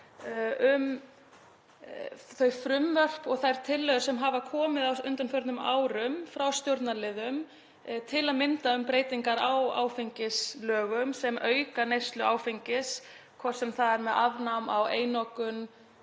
þeim frumvörpum og þeim tillögum sem hafa komið á undanförnum árum frá stjórnarliðum, til að mynda um breytingar á áfengislögum sem auka neyslu áfengis, hvort sem það er með afnámi á einokun